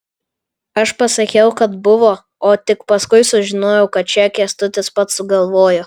aš pasakiau kad buvo o tik paskui sužinojau kad čia kęstutis pats sugalvojo